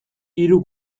hiru